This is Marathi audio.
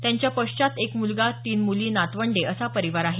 त्यांच्या पश्चात एक मुलगा तीन मुली नातवंडे असा परिवार आहे